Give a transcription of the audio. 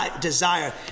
desire